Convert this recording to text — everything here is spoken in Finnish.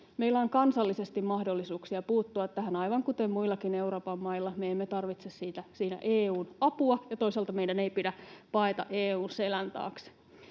Meillä on kansallisesti mahdollisuuksia puuttua tähän aivan kuten muillakin Euroopan mailla. Me emme tarvitse siinä EU:n apua, ja toisaalta meidän ei pidä paeta EU:n selän taakse.